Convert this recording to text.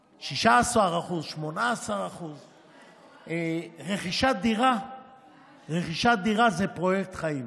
16%, 18%. רכישת דירה זה פרויקט חיים.